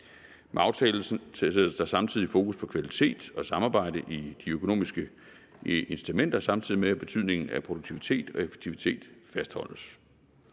Med aftalen sættes der samtidig fokus på kvalitet og samarbejde i de økonomiske incitamenter, samtidig med at betydningen af produktivitet og effektivitet fastholdes.